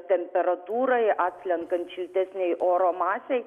temperatūrai atslenkant šiltesnei oro masei